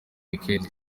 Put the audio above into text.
weekend